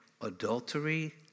adultery